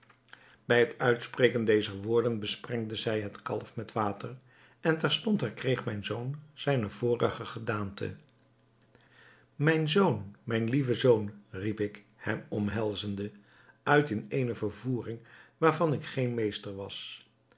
bij het uitspreken dezer woorden besprengde zij het kalf met water en terstond herkreeg mijn zoon zijne vorige gedaante mijn zoon mijn lieve zoon riep ik hem omhelzende uit in eene vervoering waarvan ik geen meester was